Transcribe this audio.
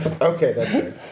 Okay